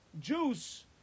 Juice